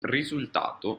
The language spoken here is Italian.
risultato